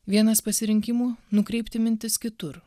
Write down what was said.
vienas pasirinkimų nukreipti mintis kitur